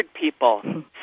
people